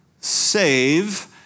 save